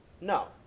No